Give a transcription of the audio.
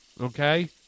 okay